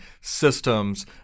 systems